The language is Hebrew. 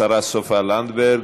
השרה סופה לנדבר.